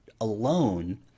alone